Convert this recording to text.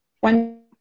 one